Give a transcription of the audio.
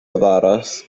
avaras